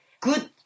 good